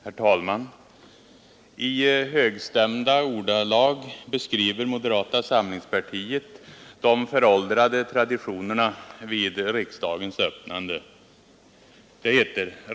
Herr talman! I högstämda ordalag beskriver moderata samlingspartiet de föråldrade traditionerna vid riksdagens öppnande.